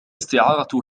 استعارة